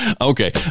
Okay